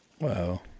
Wow